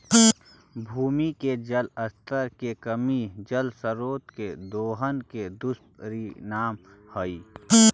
भूमि के जल स्तर के कमी जल स्रोत के दोहन के दुष्परिणाम हई